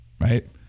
right